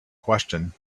question